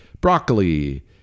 broccoli